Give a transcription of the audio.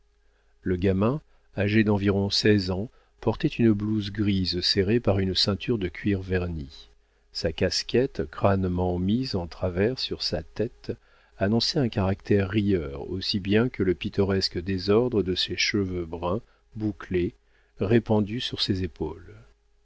le gamin âgé d'environ seize ans portait une blouse grise serrée par une ceinture de cuir verni sa casquette crânement mise en travers sur sa tête annonçait un caractère rieur aussi bien que le pittoresque désordre de ses cheveux bruns bouclés répandus sur ses épaules